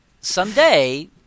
someday